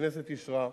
הכנסת אישרה,